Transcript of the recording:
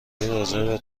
رزرو